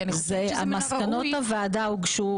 כי אני חושבת שזה --- מסקנות הוועדה הוגשו